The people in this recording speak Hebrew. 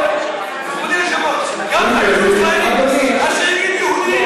אדוני היושב-ראש, ישראליים, אז שיגיד יהודיים.